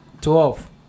twelve